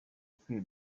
twe